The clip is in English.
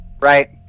right